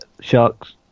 Sharks